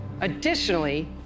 Additionally